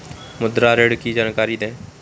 मुद्रा ऋण की जानकारी दें?